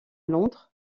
londres